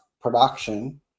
production